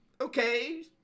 Okay